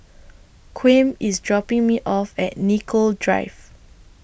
Kwame IS dropping Me off At Nicoll Drive